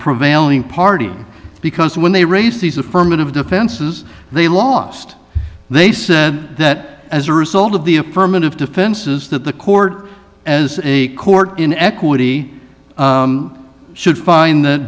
prevailing party because when they raise these affirmative defenses they lost they said that as a result of the a permit of defenses that the court as a court in equity should find th